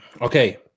Okay